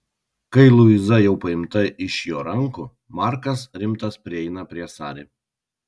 kai luiza jau paimta iš jo rankų markas rimtas prieina prie sari